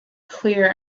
clear